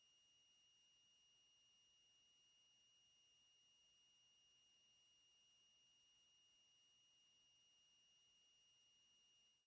Hvala